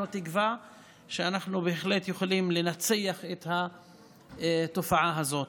תקווה שאנחנו בהחלט יכולים לנצח את התופעה הזאת.